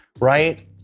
right